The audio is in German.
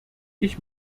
ich